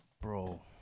Bro